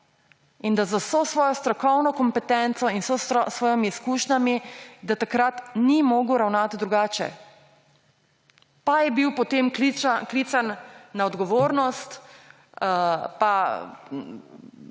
in da z vso svojo strokovno kompetenco in vsemi svojimi izkušnjami takrat ni mogel ravnati drugače. Pa je bil potem klican na odgovornost in